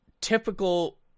typical